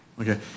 Okay